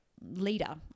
leader